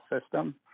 system